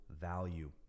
value